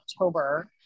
October